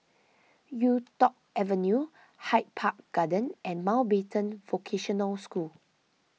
Yuk Tong Avenue Hyde Park Garden and Mountbatten Vocational School